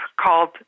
called